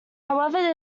however